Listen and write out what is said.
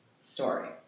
story